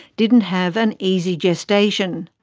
didn't have an easy gestation.